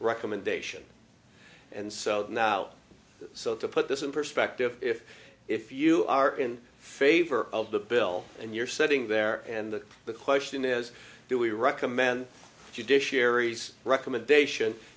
recommendation and so now so to put this in perspective if if you are in favor of the bill and you're sitting there and the question is do we recommend judiciaries recommendation